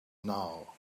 now